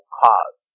cause